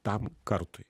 tam kartui